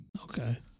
okay